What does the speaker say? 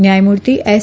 ન્યાયમૂર્તિ એસ